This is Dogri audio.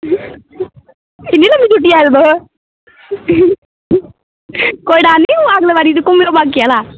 किन्नी लम्मी छुट्टी आए दे तुस कोई डर नि अगली बारी घुमेओ बाकी आह्ला